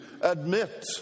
admit